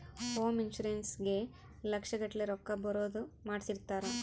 home insurance ಗೇ ಲಕ್ಷ ಗಟ್ಲೇ ರೊಕ್ಕ ಬರೋದ ಮಾಡ್ಸಿರ್ತಾರ